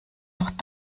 auch